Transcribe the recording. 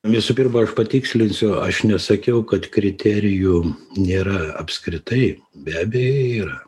visų pirma aš patikslinsiu aš nesakiau kad kriterijų nėra apskritai be abejo yra